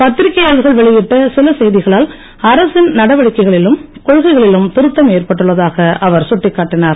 பத்திரிகையாளர்கள் வெளியிட்ட சில செய்திகளால் அரசின் நடவடிக்கைகளிலும் கொள்கைகளிலும் திருத்தம் ஏற்பட்டுள்ளதாக அவர் சுட்டிக்காட்டினார்